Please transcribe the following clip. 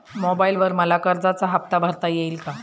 मोबाइलवर मला कर्जाचा हफ्ता भरता येईल का?